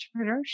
entrepreneurship